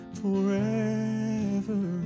forever